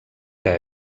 que